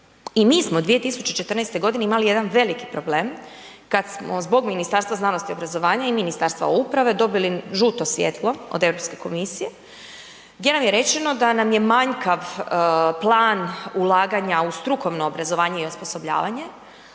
I mi smo 2014. g. imali jedan veliki problem kad smo zbog Ministarstva znanosti i obrazovanja i Ministarstva uprave dobili žuto svjetlo od Europske komisije gdje nam je rečeno da nam je manjkav plan ulaganja u strukovno obrazovanje i osposobljavanje